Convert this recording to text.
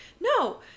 No